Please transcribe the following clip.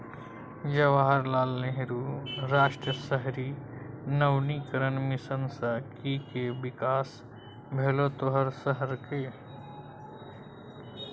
जवाहर लाल नेहरू राष्ट्रीय शहरी नवीकरण मिशन सँ कि कि बिकास भेलौ तोहर शहरक?